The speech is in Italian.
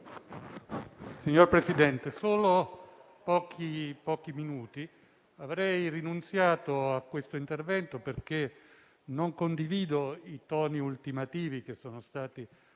Signor Presidente, interverrò solo per pochi minuti. Avrei rinunziato a questo intervento, perché non condivido i toni ultimativi che sono stati